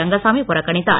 Rangasamy புறக்கணித்தார்